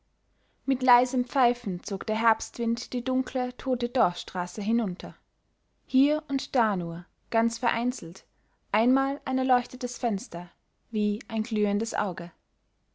mit leisem pfeifen zog der herbstwind die dunkle tote dorfstraße hinunter hier und da nur ganz vereinzelt einmal ein erleuchtetes fenster wie ein glühendes auge